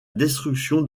destruction